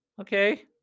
Okay